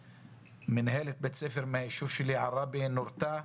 מנהלת בית ספר מהיישוב שלי, עראבה, נורתה.